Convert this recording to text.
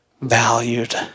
valued